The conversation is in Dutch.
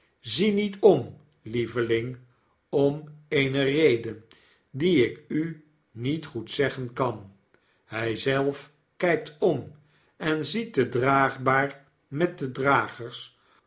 zie niet om lieveling om eene reden die ik u niet goed zeggen kan hy zelf kykt om en ziet de draagbaar met de dragers